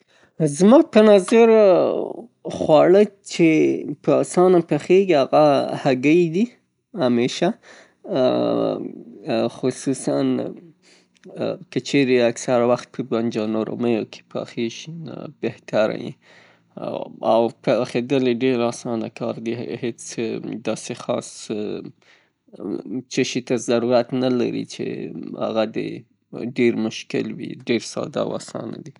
زما په نظر خواړه چه په اسانه پخیږي، هغه هګۍ دي، همیشه خصوصاً که چیرې اکثره وخت په بانجان رومیو کې پخې شي، بهتره یي. او پخیدل یې ډیر اسانه کار دي، هیڅ داسې خاص چیشي ته ضرورت نلري چه هغه د ډیر مشکل وي. ډیر ساده او اسانه دي.